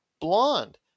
Blonde